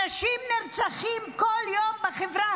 אנשים נרצחים כל יום בחברה,